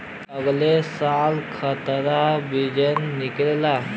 अगले साल खातिर बियाज निकली